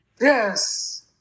Yes